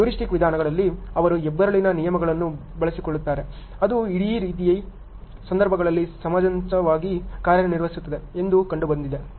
heuristic ವಿಧಾನಗಳಲ್ಲಿ ಅವರು ಹೆಬ್ಬೆರಳಿನ ನಿಯಮಗಳನ್ನು ಬಳಸಿಕೊಳ್ಳುತ್ತಾರೆ ಅದು ಇದೇ ರೀತಿಯ ಸಂದರ್ಭಗಳಲ್ಲಿ ಸಮಂಜಸವಾಗಿ ಕಾರ್ಯನಿರ್ವಹಿಸುತ್ತದೆ ಎಂದು ಕಂಡುಬಂದಿದೆ